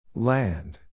Land